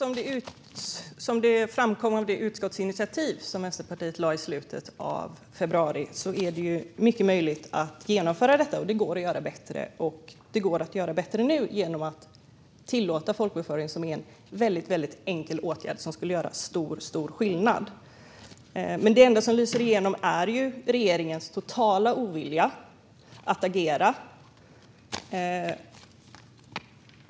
Fru talman! Som framgår av det utskottsinitiativ som Vänsterpartiet lade fram i slutet av februari är det mycket möjligt att genomföra detta. Det går att göra situationen bättre nu genom att tillåta folkbokföring, vilket är en väldigt enkel åtgärd som skulle göra stor skillnad. Det som lyser igenom är dock regeringens totala ovilja att agera.